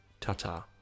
ta-ta